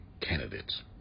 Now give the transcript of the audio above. candidates